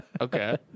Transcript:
Okay